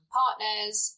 partners